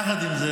יחד עם זה,